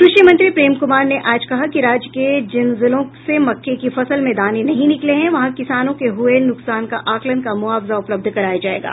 कृषि मंत्री प्रेम कुमार ने आज कहा कि राज्य के जिन जिलों से मक्के की फसल में दाने नहीं निकले हैं वहां किसानों के हये नुकसान का आकलन का मुआवजा उपलब्ध कराया जायेगा